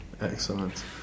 Excellent